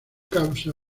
causa